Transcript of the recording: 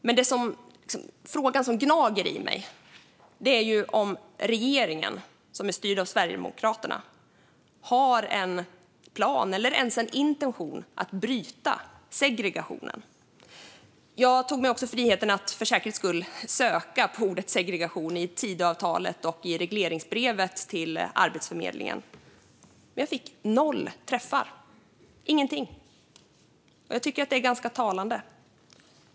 Men frågan som gnager i mig är om regeringen, som är styrd av Sverigedemokraterna, har en plan, eller ens en intention, att bryta segregationen. Jag tog mig också friheten att för säkerhets skull söka på ordet segregation i Tidöavtalet och i regleringsbrevet till Arbetsförmedlingen. Jag fick noll träffar - ingenting. Det är ganska talande.